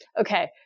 Okay